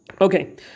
okay